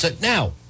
Now